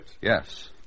Yes